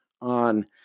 on